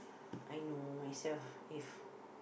I know myself if